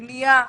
בנייה,